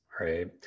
right